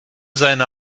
seine